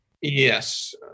Yes